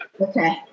Okay